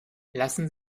lassen